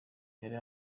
yari